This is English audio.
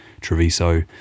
Treviso